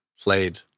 played